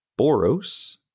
Boros